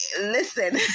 Listen